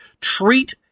Treat